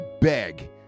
beg